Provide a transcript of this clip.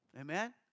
Amen